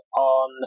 on